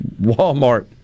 Walmart